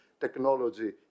technology